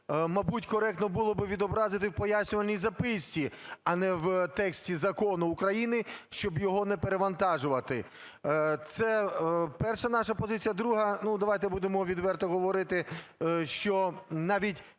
мабуть, коректно було би відобразити в пояснювальній записці, а не в тексті Закону України, щоб його не перевантажувати. Це перша наша позиція. Друга. Давайте будемо відверто говорити, що навіть